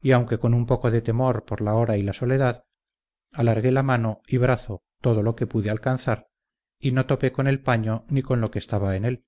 y aunque con un poco de temor por la hora y la soledad alargué la mano y brazo todo lo que pude alcanzar y no topé con el paño ni con lo que estaba en él